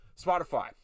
spotify